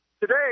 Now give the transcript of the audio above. Today